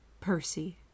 percy